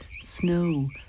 snow